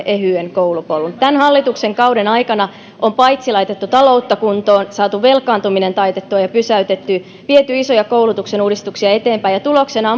ehyen koulupolun tämän hallituksen kauden aikana on paitsi laitettu taloutta kuntoon saatu velkaantuminen taitettua ja pysäytettyä viety isoja koulutuksen uudistuksia eteenpäin ja tuloksena